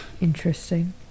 Interesting